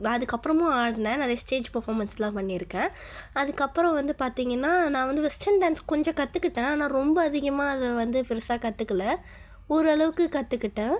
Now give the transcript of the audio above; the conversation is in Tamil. அதுக்கப்புறமும் ஆடினேன் நிறைய ஸ்டேஜ் பர்ஃபார்மென்ஸ்லாம் பண்ணியிருக்கேன் அதுக்கப்புறம் வந்து பார்த்திங்கன்னா நான் வந்து வெஸ்டன் டான்ஸ் கொஞ்சம் கற்றுக்கிட்டேன் ஆனால் ரொம்ப அதிகமாக அதில் வந்து பெரிசா கற்றுக்கல ஓரளவுக்கு கற்றுக்கிட்டேன்